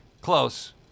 Close